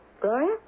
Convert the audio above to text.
Gloria